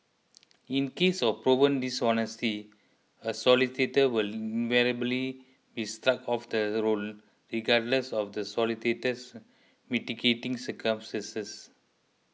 in cases of proven dishonesty a solicitor will invariably be struck off the roll regardless of the solicitor's mitigating circumstances